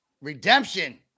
redemption